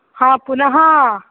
हा पुनः